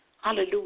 Hallelujah